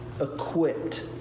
equipped